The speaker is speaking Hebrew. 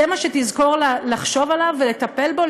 זה מה שתזכור לחשוב עליו ולטפל בו,